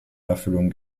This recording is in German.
erfüllung